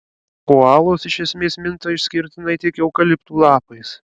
koalos iš esmės minta išskirtinai tik eukaliptų lapais